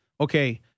okay